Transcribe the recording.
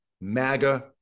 MAGA